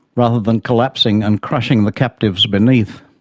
rather than collapsing and crushing the captives beneath.